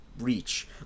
reach